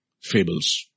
fables